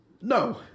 No